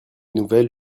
nouvelles